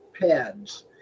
pads